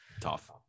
Tough